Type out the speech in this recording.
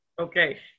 Okay